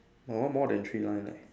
my one more than three line leh